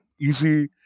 easy